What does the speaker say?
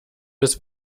bis